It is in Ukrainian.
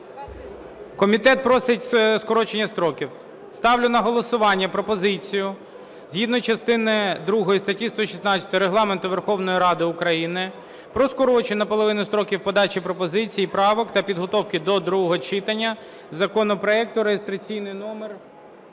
Комітет просить скорочення строків. Ставлю на голосування пропозицію згідно частини другої статті 116 Регламенту Верховної Ради України про скорочення наполовину строків подачі пропозицій і правок та підготовки до другого читання законопроекту (реєстраційний номер